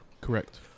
Correct